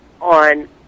on